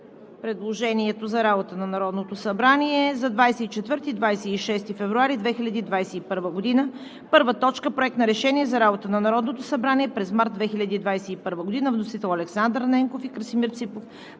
предложението за работа на Народното събрание за 24 – 26 февруари 2021 г.: „1. Проект на решение за работата на Народното събрание през март 2021 г. Вносители – Александър Ненков и Красимир Ципов